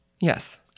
Yes